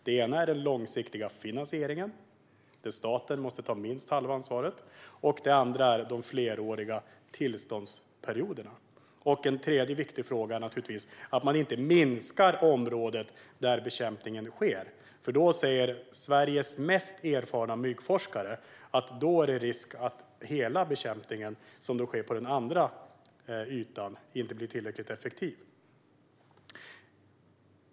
Den ena är den långsiktiga finansieringen, där staten måste ta minst halva ansvaret, och den andra är de fleråriga tillståndsperioderna. En tredje viktig fråga är naturligtvis att man inte minskar området där bekämpningen sker, för Sveriges mest erfarna myggforskare säger att det då är risk att den bekämpning som sker på den andra ytan inte blir tillräckligt effektiv.